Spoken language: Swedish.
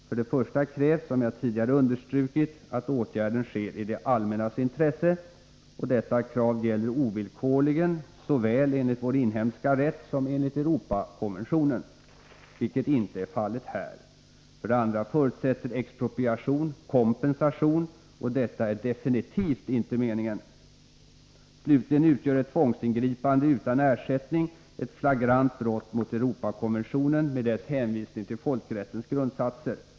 För det första krävs som jag tidigare understrukit, att åtgärden sker i det allmännas intresset, och detta krav gäller ovillkorligen såväl enligt vår inhemska rätt som enligt Europakonventionen — vilket inte är fallet här. För det andra förutsätter expropriation kompensation. Och detta är definitivt icke meningen. Slutligen utgör ett tvångsingripande utan ersättning ett flagrant brott mot Europakonventionen med dess hänvisning till folkrättens grundsatser.